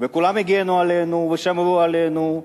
וכולם הגנו עלינו ושמרו עלינו,